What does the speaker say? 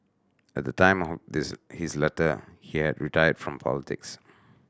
at the time of this his letter he had retired from politics